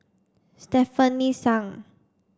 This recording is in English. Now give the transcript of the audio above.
Stefanie Sun